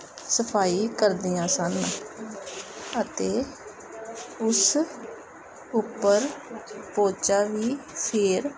ਸਫਾਈ ਕਰਦੀਆਂ ਸਨ ਅਤੇ ਉਸ ਉੱਪਰ ਪੋਚਾ ਵੀ ਫੇਰ